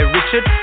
Richard